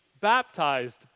baptized